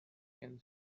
can